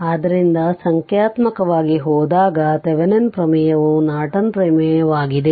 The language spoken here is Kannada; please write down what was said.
ಆದ್ದರಿಂದ ಸಂಖ್ಯಾತ್ಮಕವಾಗಿ ಹೋದಾಗ ಥೆವೆನಿನ್ ಪ್ರಮೇಯವು ನಾರ್ಟನ್ ಪ್ರಮೇಯವಾಗಿದೆ